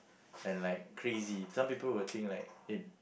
and like crazy some people would think like it